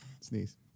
Sneeze